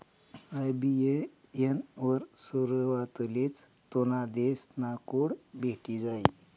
IBAN वर सुरवातलेच तुना देश ना कोड भेटी जायी